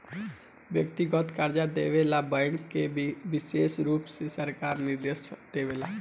व्यक्तिगत कर्जा देवे ला बैंक के विशेष रुप से सरकार निर्देश देवे ले